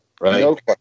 Right